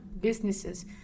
businesses